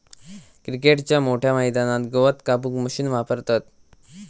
क्रिकेटच्या मोठ्या मैदानात गवत कापूक मशीन वापरतत